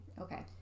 Okay